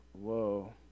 whoa